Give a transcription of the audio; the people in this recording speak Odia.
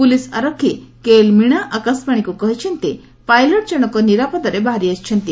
ପୁଲିସ୍ ଆରକ୍ଷୀ କେଏଲ୍ ମୀଣା ଆକାଶବାଣୀକୁ କହିଛନ୍ତି ପାଇଲଟ୍ ଜଣକ ନିରାପଦରେ ବାହାରି ଆସିଛନ୍ତି